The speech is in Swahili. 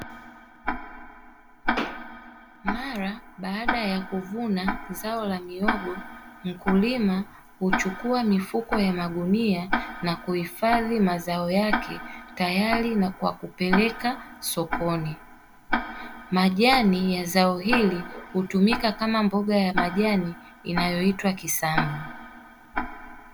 Mara baada ya kuvuna zao la mihogo mkulima huchukua mifuko ya magunia na kuhifadhi mazao yake tayari na kwa kupeleka sokoni majani ya zao hili hutumika kama mboga ya majani inayoitwa kisamba.